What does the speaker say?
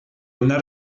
una